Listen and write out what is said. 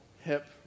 hip